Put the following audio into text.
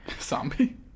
zombie